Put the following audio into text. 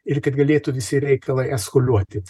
ir kad galėtų visi reikalai eskuliuoti